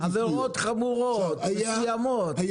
עבירות חמורות מסוימות.